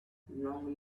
long